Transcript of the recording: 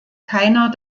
keiner